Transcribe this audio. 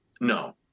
No